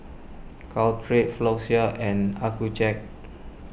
Caltrate Floxia and Accucheck